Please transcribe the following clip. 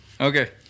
Okay